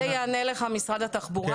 על זה יענה לך משרד התחבורה.